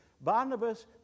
Barnabas